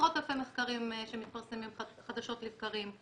עשרות אלפי מחקרים שמתפרסמים חדשות לבקרים,